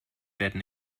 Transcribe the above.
werden